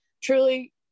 truly